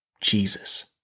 Jesus